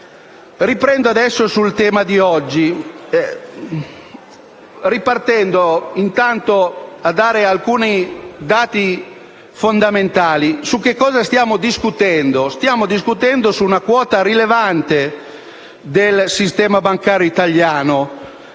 Ritorno adesso sul tema oggi in discussione, ripartendo intanto con il fornire alcuni dati fondamentali. Su cosa stiamo discutendo? Stiamo discutendo su una quota rilevante del sistema bancario italiano: